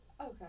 Okay